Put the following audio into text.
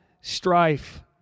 strife